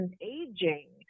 aging